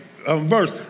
Verse